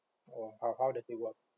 or how how does it work